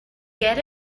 get